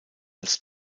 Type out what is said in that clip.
als